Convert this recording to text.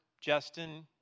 Justin